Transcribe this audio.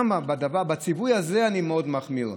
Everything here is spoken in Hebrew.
שם, בציווי הזה, אני מאוד מחמיר.